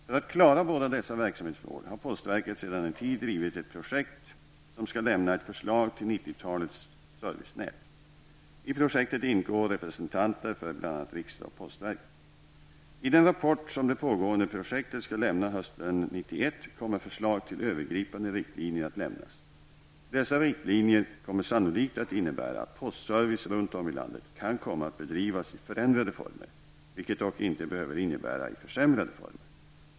För att klara båda dessa verksamhetsmål har postverket sedan en tid drivit ett projekt som skall lämna ett förslag till 90-talets servicenät. I projektet ingår representanter för bl.a. riksdag och postverket. I den rapport som det pågående projektet skall lämna hösten 1991 kommer förslag till övergripande riktlinjer att lämnas. Dessa riktlinjer kommer sannolikt att innebära att postservice runt om i landet kan komma att bedrivas i förändrade former, vilket dock inte behöver innebära i försämrade former.